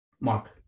Mark